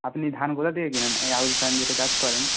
আপনি ধান কোথা থেকে কেনেন এই আউশ ধান যেটা চাষ করেন